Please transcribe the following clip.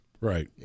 Right